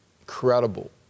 Incredible